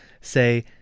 say